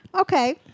Okay